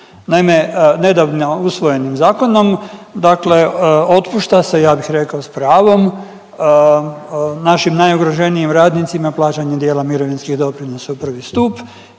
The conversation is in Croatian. Naime, nedavno usvojenim zakonom dakle otpušta se ja bih rekao s pravom, našim najugroženijim radnicima plaćanje dijela mirovinskih doprinosa u prvi stup